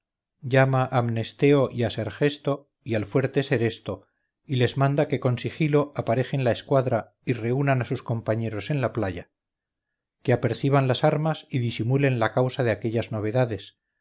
llama a mnesteo y a sergesto y al fuerte seresto y les manda que con sigilo aparejen la escuadra y reúnan a sus compañeros en la playa que aperciban las armas y disimulen la causa de aquellas novedades